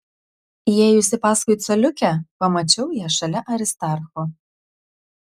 įėjusi paskui coliukę pamačiau ją šalia aristarcho